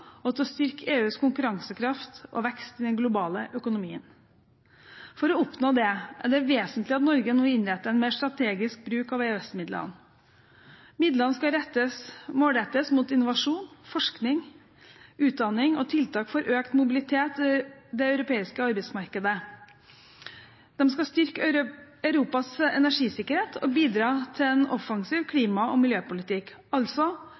og til å styrke EUs konkurransekraft og vekst i den globale økonomien. For å oppnå dette er det vesentlig at Norge nå innretter en mer strategisk bruk av EØS-midlene. Midlene skal målrettes mot innovasjon, forskning, utdanning og tiltak for økt mobilitet i det europeiske arbeidsmarkedet. De skal styrke Europas energisikkerhet og bidra til en offensiv klima- og miljøpolitikk, altså